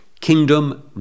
kingdom